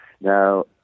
Now